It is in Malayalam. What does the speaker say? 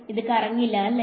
ഇത് കറങ്ങില്ല അല്ലേ